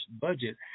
budget